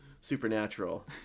supernatural